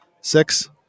Six